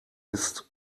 ist